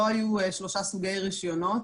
לא היו שלושה סוגי רישיונות